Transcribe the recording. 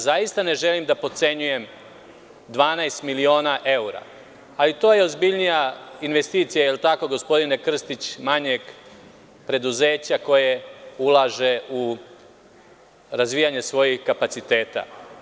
Zaista ne želim da potcenjujem 12 miliona evra ali to je ozbiljnija investicija, je li tako gospodine Krstić, manjeg preduzeća koje ulaže u razvijanje svojih kapaciteta.